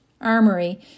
Armory